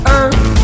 earth